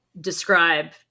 describe